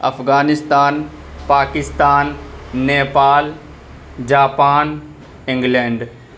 Afghanistan Pakistan Nepal Japan England